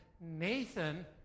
Nathan